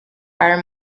are